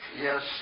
Yes